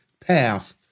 path